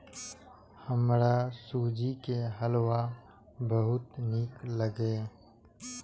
हमरा सूजी के हलुआ बहुत नीक लागैए